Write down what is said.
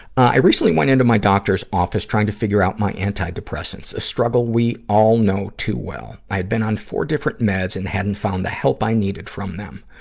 i recently went in to my doctor's office, trying to figure out my antidepressants a struggle we all know too well. i had been on four different meds and hadn't found the help i needed from them.